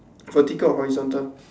vertical or horizontal